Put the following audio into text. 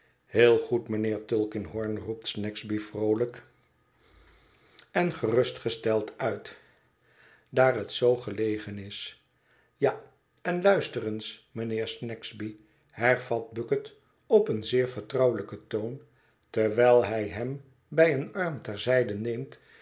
heel goed mijnheer tulkinghorn roept snagsby vroolijk en gerustgesteld uit daar het zoo gelegen is ja en luister eens mijnheer snagsby hervat bucket op een zeer vertrouwelijken toon terwijl hij hem bij een arm ter zijde neemt